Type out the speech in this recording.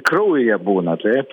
į kraują būna taip